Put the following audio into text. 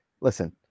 listen